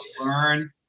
learn